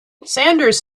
sanders